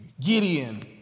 Gideon